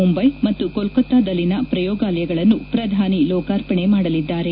ಮುಂಬೈ ಮತ್ತು ಕೋಲ್ಕತಾದಲ್ಲಿನ ಪ್ರಯೋಗಾಲಯಗಳನ್ನು ಪ್ರಧಾನಿ ಲೋಕಾರ್ಪಣೆ ಮಾಡಲಿದ್ದಾರೆ